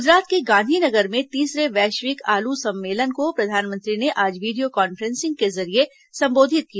गुजरात के गांधीनगर में तीसरे वैश्विक आलू सम्मेलन को प्रधानमंत्री ने आज वीडियो कांफ्रेंसिंग के जरिये सम्बोधित किया